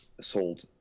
sold